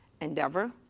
endeavor